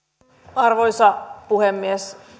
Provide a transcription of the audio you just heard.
arvoisa puhemies